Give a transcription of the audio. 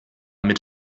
mit